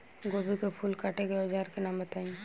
गोभी के फूल काटे के औज़ार के नाम बताई?